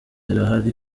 irahari